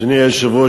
אדוני היושב-ראש,